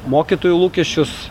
mokytojų lūkesčius